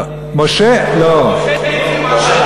משה נסים.